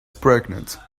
pregnant